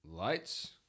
Lights